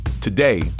Today